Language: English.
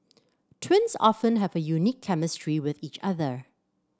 twins often have a unique chemistry with each other